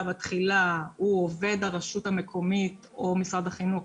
בתחילה הוא עובד הרשות המקומית או במשרד החינוך